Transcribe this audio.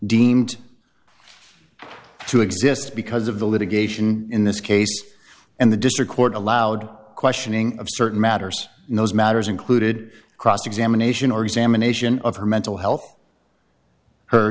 deemed to exist because of the litigation in this case and the district court allowed questioning of certain matters and those matters included cross examination or examination of her mental health her